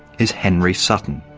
is henry sutton.